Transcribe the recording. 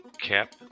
cap